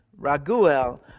Raguel